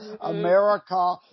America